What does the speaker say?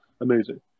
amazing